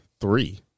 three